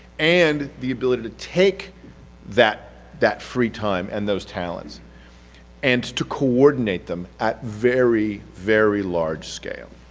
and the ability to take that that free time and those talents and to coordinate them at very, very large scale.